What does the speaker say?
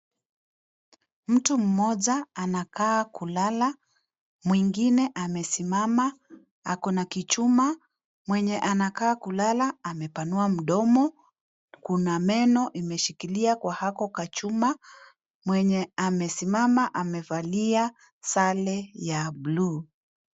Mtu mmoja anakaa kulala, mwingine amesimama ako na kichuma. Mwenye anakaa kulala amepanua mdono, kuna meno imeshikilia kwa hako ka chuma. Mwenye amesimama amevalia sare ya blue .